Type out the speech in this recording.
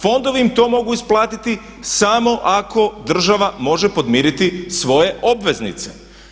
Fondovi im to mogu isplatiti samo ako država može podmiriti svoje obveznice.